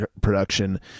production